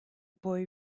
boy